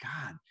god